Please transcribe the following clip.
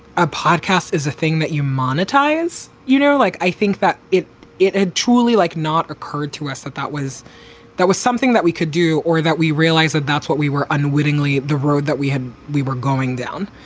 a podcast is a thing that you monetize. monetize. you know, like i think that it it had truly like not occurred to us that that was that was something that we could do or that we realize that that's what we were unwittingly the road that we had, we were going down.